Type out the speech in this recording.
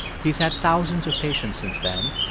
he's had thousands of patients since then,